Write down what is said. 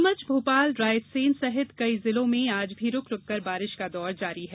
नीमच भोपाल रायसेन सहित कई जिलों में आज भी रुक रुककर बारिश का दौर जारी है